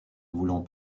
voulant